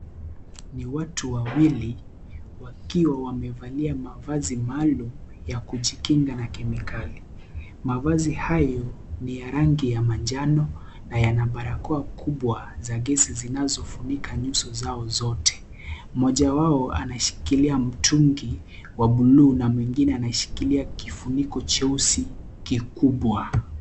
Ni watu wawili wakiwa wamevalia mavazi maalum ya kujikinga na kemikali . Mavazi hayo ni ya rangi ya manajno na yana barakoa kubwa za gesi zinazofunika nyuso zao zote. Mmoja wao anashikilia mtungi wa buluu na mwingine anashikilia kifuniko cheusi kikubwa.